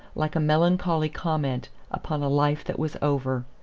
like a melancholy comment upon a life that was over.